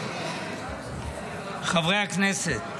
חברי הכנסת,